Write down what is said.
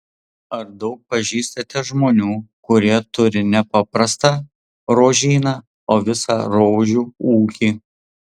ar daug pažįstate žmonių kurie turi ne paprastą rožyną o visą rožių ūkį